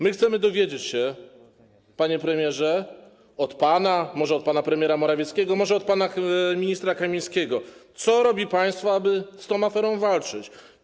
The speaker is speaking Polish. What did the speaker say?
My chcemy dowiedzieć się, panie premierze, od pana, może od pana premiera Morawieckiego, może od pana ministra Kamińskiego, co robi państwo, aby z tą aferą walczyć.